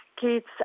kids